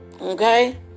okay